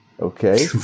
Okay